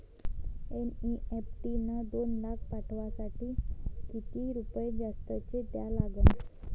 NEFT न दोन लाख पाठवासाठी किती रुपये जास्तचे द्या लागन?